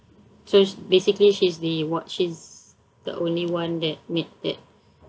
so sh~ basically she's the wha~ she's the only one that made that